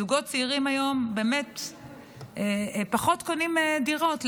זוגות צעירים היום, הם פחות קונים דירות.